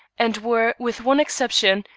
and were, with one exception,